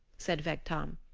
said vegtam,